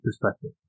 perspective